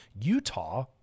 Utah